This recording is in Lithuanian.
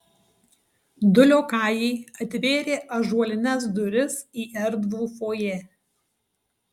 du liokajai atvėrė ąžuolines duris į erdvų fojė